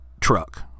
Truck